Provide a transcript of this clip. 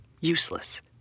useless